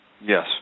Yes